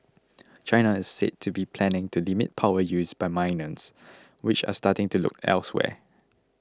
China is said to be planning to limit power use by miners which are starting to look elsewhere